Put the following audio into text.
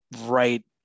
right